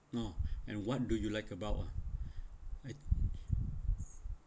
and what do you like about ah